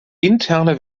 interne